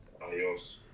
Adios